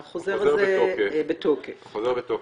החוזר הזה --- החוזר בתוקף.